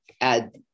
add